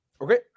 Okay